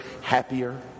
happier